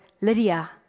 Lydia